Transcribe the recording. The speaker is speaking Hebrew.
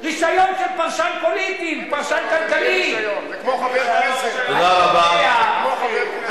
ב-12:15, הרבה פעמים הם אומרים לסבא,